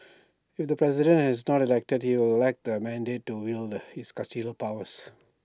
if the president is not elected he will lack the mandate to wield his custodial powers